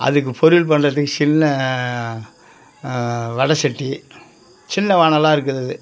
அதுக்கு பொரியல் பண்ணுறதுக்கு சின்ன வடை சட்டி சின்ன வாணலி இருக்கிறது